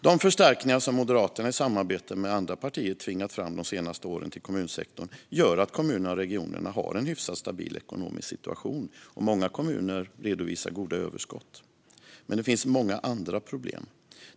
De förstärkningar som Moderaterna i samarbete med andra partier har tvingat fram till kommunsektorn de senaste åren gör att kommunerna och regionerna har en hyfsat stabil ekonomisk situation. Många kommuner redovisar goda överskott. Men det finns många andra problem.